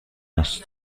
است